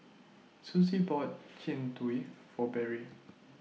Sussie bought Jian Dui For Berry